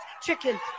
chicken